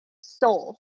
soul